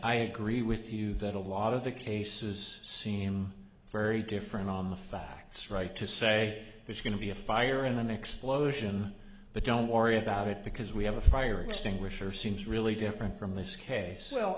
i agree with you that a lot of the cases seem very different on the facts right to say there's going to be a fire in an explosion but don't worry about it because we have a fire extinguisher seems really different from this case